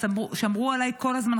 וכל הזמן שמרו עליי חמושים.